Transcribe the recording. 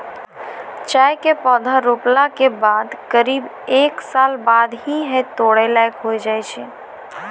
चाय के पौधा रोपला के बाद करीब एक साल बाद ही है तोड़ै लायक होय जाय छै